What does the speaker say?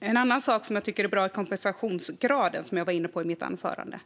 En annan sak som jag tycker är bra är kompensationsgraden, som jag var inne på i mitt anförande.